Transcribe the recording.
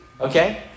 Okay